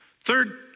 Third